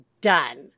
done